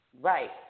Right